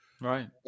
Right